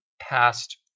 past